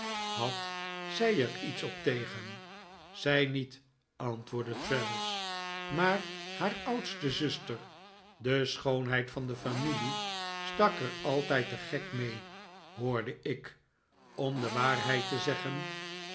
had zij er iets op tegen zij niet antwoordde traddles maar haar oudste zuster de schoonheid van de familie stak er altijd den gek mee hoorde ik om de waarheid te zeggen